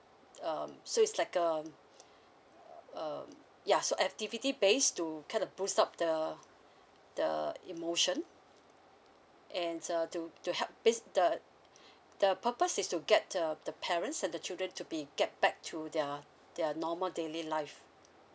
um so it's like um um ya so activity base to kinda boost up the the emotion and uh to to help based the the purpose is to get uh the parents and the children to be get back to their their normal daily life